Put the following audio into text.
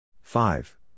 five